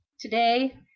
Today